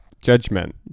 Judgment